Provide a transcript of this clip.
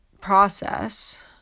process